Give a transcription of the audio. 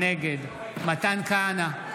נגד מתן כהנא,